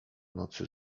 nocy